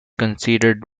considered